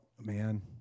man